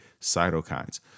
cytokines